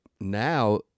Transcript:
Now